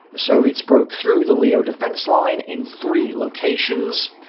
the soviets broke through the leo defence line in three locations.